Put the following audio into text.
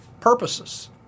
purposes